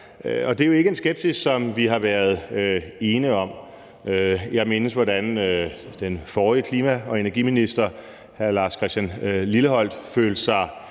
det er jo ikke en skepsis, som vi har været ene om. Jeg mindes, hvordan den forrige klima- og energiminister, hr. Lars Christian Lilleholt, følte sig